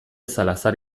salazar